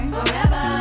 Forever